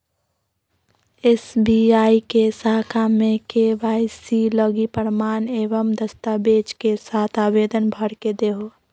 SBI के शाखा में के.वाई.सी लगी प्रमाण एवं दस्तावेज़ के साथ आवेदन भर के देहो